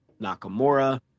Nakamura